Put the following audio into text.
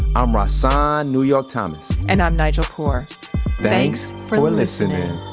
i'm rahsaan new york thomas and i'm nigel poor thanks for listening